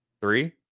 three